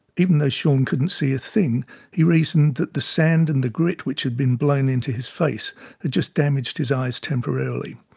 even though shaun couldn't see a thing he reasoned that the sand and grit which had been blown into his face had just damaged his eyes temporarily.